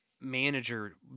manager